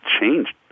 changed